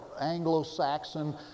Anglo-Saxon